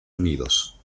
unidos